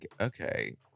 okay